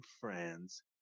friends